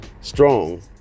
strong